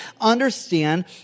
understand